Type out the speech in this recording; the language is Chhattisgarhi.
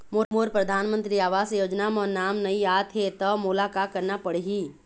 मोर परधानमंतरी आवास योजना म नाम नई आत हे त मोला का करना पड़ही?